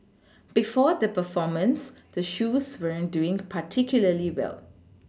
before the performance the shoes weren't doing particularly well